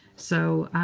so